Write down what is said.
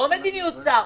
לא מדיניות שר,